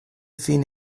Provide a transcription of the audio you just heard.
fin